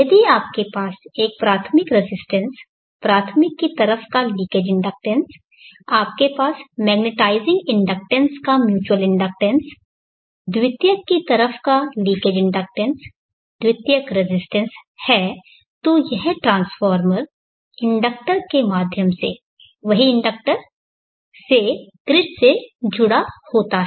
यदि आपके पास एक प्राथमिक रेजिस्टेंस प्राथमिक की तरफ का लीकेज इंडक्टेंस आपके पास मैग्नेटाइज़िंग इंडक्टेंस का म्यूच्यूअल इंडक्टेंस द्वितीयक की तरफ का लीकेज इंडक्टेंस द्वितीयक रेजिस्टेंस है तो यह ट्रांसफार्मर इंडक्टर के माध्यम से वही इंडक्टर से ग्रिड से जुड़ा होता है